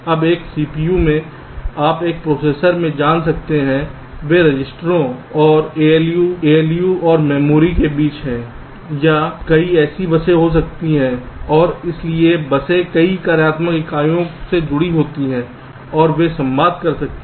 अब एक सीपीयू में आप एक प्रोसेसर में जान सकते हैं वे रजिस्टरों और ALUs ALUs और मेमोरी के बीच 1 या कई ऐसी बसें हो सकती हैं और इसलिए बसे कई कार्यात्मक इकाइयों से जुड़ी होती हैं और वे संवाद कर सकते हैं